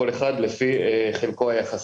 כל אחד לפי חלקו היחסי.